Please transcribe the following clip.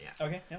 okay